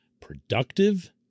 productive